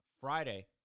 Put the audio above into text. Friday